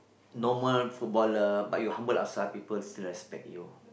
normal footballer but you humble outside people still respect you